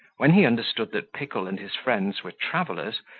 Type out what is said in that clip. when he understood that pickle and his friends were travellers,